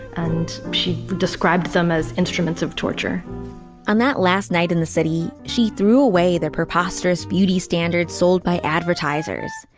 and she described them as instruments of torture on that last night in the city she threw away their preposterous beauty standards sold by advertisers.